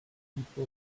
people